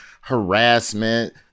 harassment